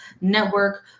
Network